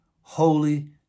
Holy